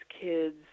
kids